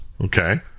Okay